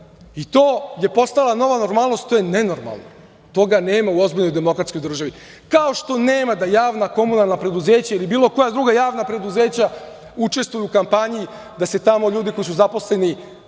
i to je postala nova normalnost. To je nenormalno i toga nema u ozbiljnoj demokratskoj državi, kao što nema da javna komunalna preduzeća ili bilo koja druga javna preduzeća učestvuju u kampanji da se tamo ljudi koji su zaposleni